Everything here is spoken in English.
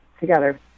together